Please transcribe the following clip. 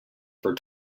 for